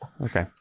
Okay